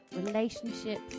relationships